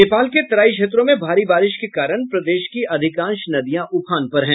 नेपाल के तराई क्षेत्रों में भारी बारिश के कारण प्रदेश की अधिकांश नदियां उफान पर हैं